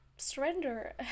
surrender